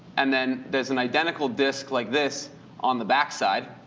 and then there's an identical disk like this on the backside,